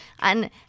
And-